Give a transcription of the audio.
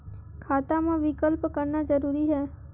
खाता मा विकल्प करना जरूरी है?